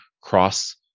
cross